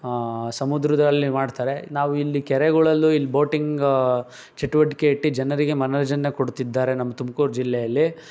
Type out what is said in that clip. ಸಮುದ್ರದಲ್ಲಿ ಮಾಡ್ತಾರೆ ನಾವು ಇಲ್ಲಿ ಕೆರೆಗಳಲ್ಲೂ ಇಲ್ಲಿ ಬೋಟಿಂಗ್ ಚಟುವಟಿಕೆ ಇಟ್ಟು ಜನರಿಗೆ ಮನರ್ಜನೆ ಕೊಡ್ತಿದ್ದಾರೆ ನಮ್ಮ ತುಮ್ಕೂರು ಜಿಲ್ಲೆಯಲ್ಲಿ